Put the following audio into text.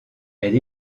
elle